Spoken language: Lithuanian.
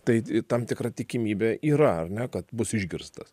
tai tam tikra tikimybė yra ar ne kad bus išgirstas